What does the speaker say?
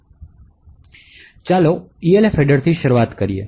ચાલો Elf હેડરથી શરૂ કરીએ